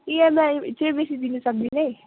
EMI चाहिँ बेसी दिन सक्दिनै